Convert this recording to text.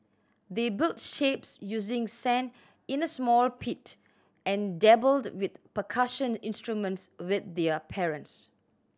they built shapes using sand in a small pit and dabbled with percussion instruments with their parents